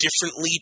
differently